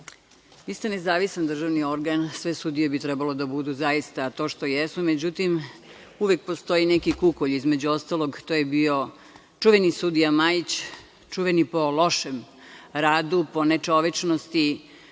ste nezavisan državni organ, sve sudije bi trebalo da budu zaista to što jesu, međutim, uvek postoji neki kukolj, između ostalog, to je bio čuveni sudija Majić, čuveni po lošem radu, po nečovečnosti,